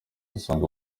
usanga